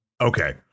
Okay